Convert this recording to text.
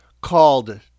called